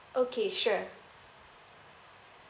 okay sure